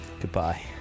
Goodbye